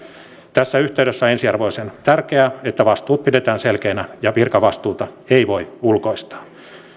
tässä yhteydessä on ensiarvoisen tärkeää että vastuut pidetään selkeinä ja virkavastuuta ei voi ulkoistaa